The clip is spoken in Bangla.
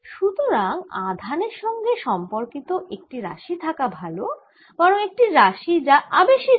সুতরাং আধানের সাথে সম্পর্কিত একটি রাশি থাকা ভাল বরং একটি রাশিযা আবেশিত হয়